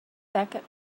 backup